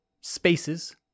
spaces